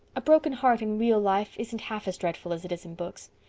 a broken heart in real life isn't half as dreadful as it is in books.